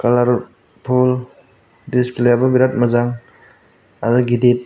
colourful आरो display आबो बिराद मोजां आरो गिदिर